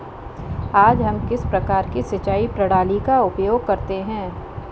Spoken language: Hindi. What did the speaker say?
आज हम किस प्रकार की सिंचाई प्रणाली का उपयोग करते हैं?